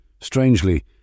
Strangely